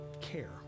care